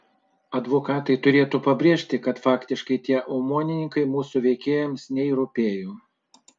advokatai turėtų pabrėžti kad faktiškai tie omonininkai mūsų veikėjams nei rūpėjo